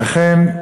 ואכן,